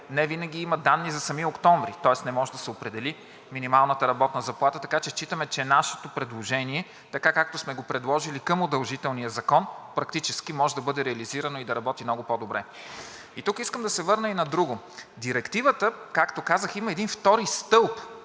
невинаги има данни за самия октомври, тоест не може да се определи минималната работна заплата. Така че считаме, че нашето предложение така, както сме го предложили към удължителния закон, практически може да бъде реализирано и да работи много по добре. Тук искам да се върна и на друго. Директивата, както казах, има един втори стълб